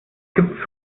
gibt